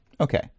Okay